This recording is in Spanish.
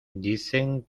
dicen